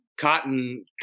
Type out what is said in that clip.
cotton